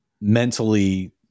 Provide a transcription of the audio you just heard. mentally